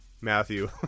Matthew